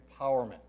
empowerment